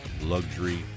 luxury